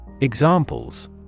Examples